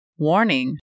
Warning